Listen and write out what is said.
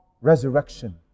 resurrection